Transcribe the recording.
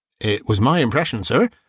it was my impression, sir,